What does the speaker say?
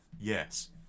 Yes